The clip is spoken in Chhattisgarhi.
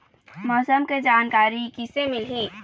मौसम के जानकारी किसे मिलही?